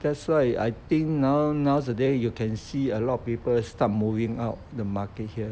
that's why I think now nowadays you can see a lot of people start moving out the market here